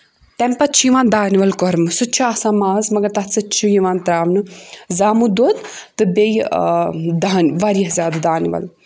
تَمہِ پَتہٕ چھُ یِوان دانہِ وَل کوٚرمہٕ سُہ تہِ چھُ آسان ماز مگر تَتھ سۭتۍ چھُ یِوان تراونہٕ زامہٕ دۄد تہٕ بیٚیہِ دانہِ واریاہ زیادٕ دانہِ وَل